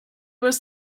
was